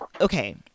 okay